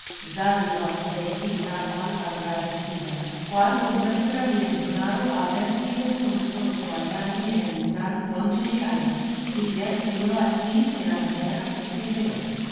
mal agradecida cual lo muestra bien claro haber sido forzoso hallarme en el lugar donde me hallas y verte yo a ti de la manera que te veo